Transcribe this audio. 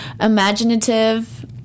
imaginative